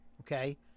okay